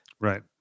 Right